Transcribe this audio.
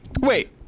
Wait